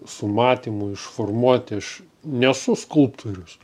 su matymu išformuoti aš nesu skulptorius